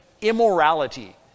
immorality